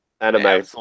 anime